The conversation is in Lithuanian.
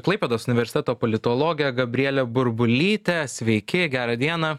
klaipėdos universiteto politologė gabrielė burbulytė sveiki gerą dieną